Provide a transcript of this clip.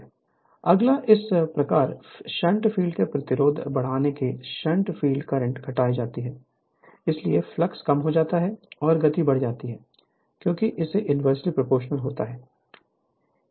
Refer Slide Time 0507 अगला इस प्रकार शंट फ़ील्ड में प्रतिरोध बढ़ने से शंट फ़ील्ड करंट घट जाती है इसलिए फ्लक्स कम हो जाता है और गति बढ़ जाती है क्योंकि इसके इन्वर्सली प्रोपोर्शनल होता है